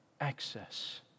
access